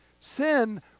Sin